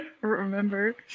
remember